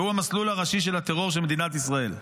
והוא המסלול הראשי של הטרור של מדינת ישראל.